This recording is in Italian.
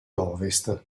ovest